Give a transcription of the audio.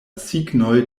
signoj